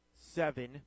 seven